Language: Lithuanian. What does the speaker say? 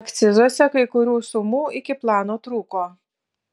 akcizuose kai kurių sumų iki plano trūko